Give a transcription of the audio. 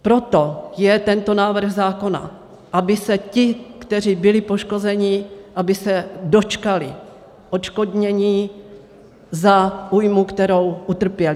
Proto je tento návrh zákona, aby se ti, kteří byli poškozeni, dočkali odškodnění za újmu, kterou utrpěli.